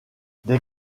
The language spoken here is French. des